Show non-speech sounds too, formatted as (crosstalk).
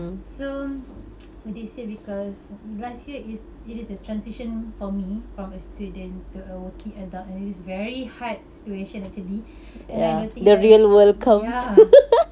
so (noise) for this year because last year is it is a transition for me from a student to a working adult and it's very hard situation actually and I don't think the ya